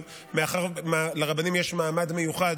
אבל מאחר שלרבנים יש מעמד מיוחד,